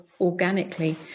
organically